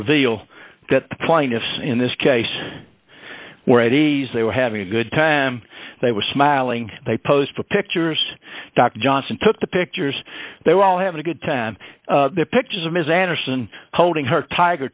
reveal that the plaintiffs in this case where at ease they were having a good time they were smiling they posed for pictures dr johnson took the pictures they were all having a good time the pictures of ms anderson holding her tiger